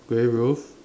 square roof